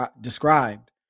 described